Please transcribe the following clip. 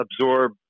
absorb